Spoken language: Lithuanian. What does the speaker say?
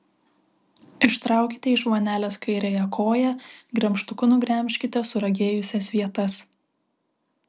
ištraukite iš vonelės kairiąją koją gremžtuku nugremžkite suragėjusias vietas